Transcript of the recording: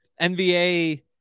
NBA